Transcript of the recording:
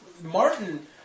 Martin